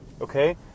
Okay